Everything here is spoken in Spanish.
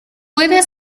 puede